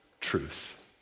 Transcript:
truth